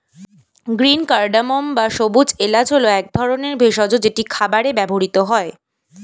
green cardamom বা সবুজ এলাচ হল এক ধরনের ভেষজ যেটি খাবারে ব্যবহৃত হয়